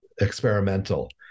experimental